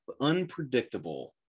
unpredictable